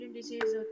disease